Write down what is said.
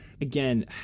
again